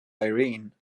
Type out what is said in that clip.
irene